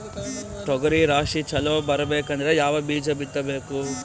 ತೊಗರಿ ರಾಶಿ ಚಲೋ ಬರಬೇಕಂದ್ರ ಯಾವ ಬೀಜ ಬಿತ್ತಬೇಕು?